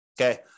Okay